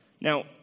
Now